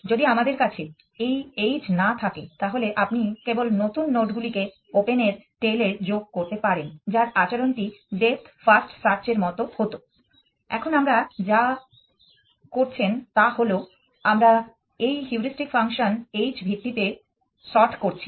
যদি আমাদের কাছে এই h না থাকে তাহলে আপনি কেবল নতুন নোডগুলিকে ওপেনের টেল এ যোগ করতে পারেন যার আচরণটি ডেপ্থ ফার্স্ট সার্চ এর মতো হত এখন আমরা যা করছেন তা হল আমরা এই হিউরিস্টিক ফাংশন h ভিত্তিতে সর্ট করছি